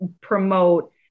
promote